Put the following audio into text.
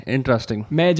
Interesting